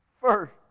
first